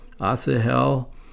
Asahel